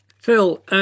Phil